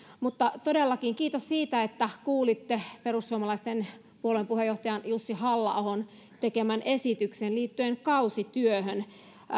mutta todellakin kiitos siitä että kuulitte perussuomalaisten puolueen puheenjohtajan jussi halla ahon tekemän esityksen liittyen kausityöhön